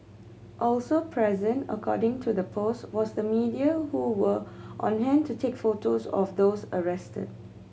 also present according to the post was the media who were on hand to take photos of those arrested